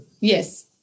Yes